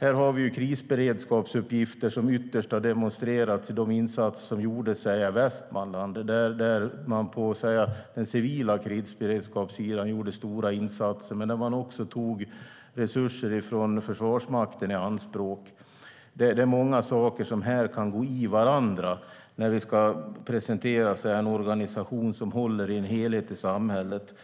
Här har vi krisberedskapsuppgifter som ytterst har demonstrerats genom de insatser som gjordes i Västmanland, där man från den civila krisberedskapssidan gjorde stora insatser men också tog i anspråk resurser från Försvarsmakten. Det är många saker som kan gå i varandra när vi ska presentera en organisation som håller i en helhet i samhället.